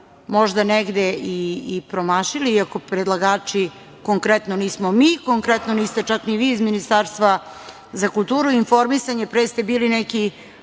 možda negde i promašili, iako predlagači konkretno nismo mi, konkretno niste čak ni vi iz Ministarstva za kulturu i informisanje, pre ste bili neki,